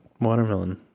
watermelon